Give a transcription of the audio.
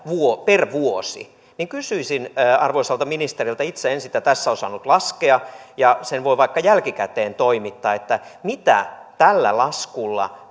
per vuosi kysyisin arvoisalta ministeriltä itse en sitä tässä osannut laskea sen voi vaikka jälkikäteen toimittaa mitä tällä laskulla